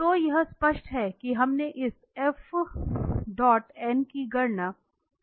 तो यह स्पष्ट है कि हमें इस की गणना करने की आवश्यकता है